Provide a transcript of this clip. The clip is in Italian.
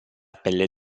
pelle